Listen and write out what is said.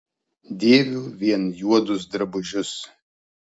dėviu vien juodus drabužius